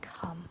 come